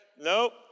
Nope